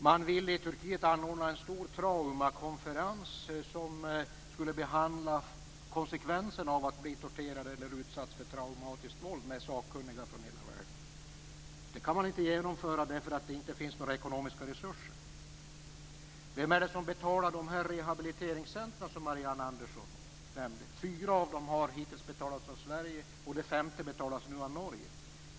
Man vill i Turkiet anordna en stor traumakonferens, som skulle behandla konsekvenserna av att bli torterad eller utsatt för traumatiskt våld, med sakkunniga från hela världen. Det kan man inte genomföra därför att det inte finns några ekonomiska resurser. Vem är det som betalar de rehabiliteringscentrum som Marianne Andersson nämnde? Fyra av dem har hittills betalats av Sverige och det femte betalas nu av Norge.